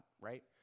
right